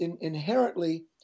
inherently